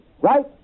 Right